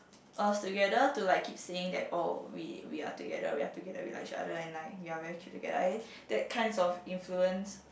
us together to like keep saying that oh we we are together we are together we like each other and like we are very cute together I that kinds of influence